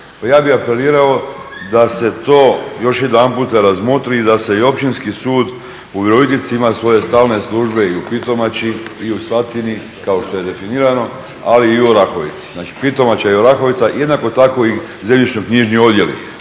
ja bih apelirao, da se to još jedan puta razmotri i da se i Općinski sud u Virovitici ima svoje stalne službe i u Pitomači i u Slatini kao što je definirano, ali i u Orahovici. Znači, Pitomača i Orahovica jednako tako i zemljišno-knjižni odjeli.